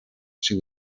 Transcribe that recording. she